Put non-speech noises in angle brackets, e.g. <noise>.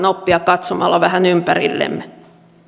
<unintelligible> oppia katsomalla vähän ympärillemme